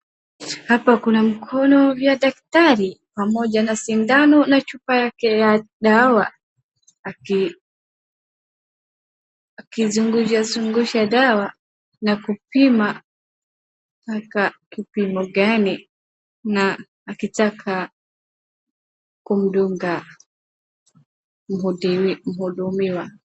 Hapa kuna mkono wa dakitari pamoja na sindano na chupa yake ya dawa akizungushazungusha dawa na kupima hapa kipimo gani na akitaka kumdunga mhudumiwa.